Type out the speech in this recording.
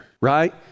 right